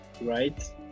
right